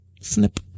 snip